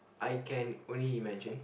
I can only imagine